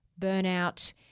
burnout